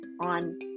on